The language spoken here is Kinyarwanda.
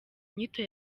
nyito